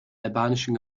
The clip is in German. albanischen